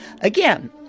Again